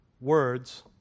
Words